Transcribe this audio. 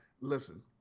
listen